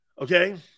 Okay